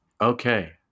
Okay